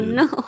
no